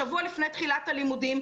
שבוע לפני תחילת הלימודים,